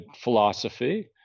philosophy